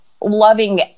loving